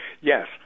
Yes